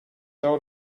out